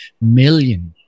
millions